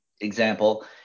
example